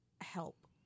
help